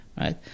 right